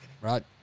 Right